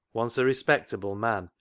once a respectable man,